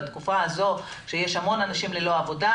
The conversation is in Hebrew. בתקפה הזאת כשיש המון אנשים ללא עבודה,